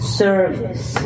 service